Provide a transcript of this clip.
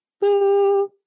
boo